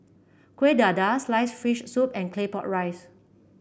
Kuih Dadar sliced fish soup and Claypot Rice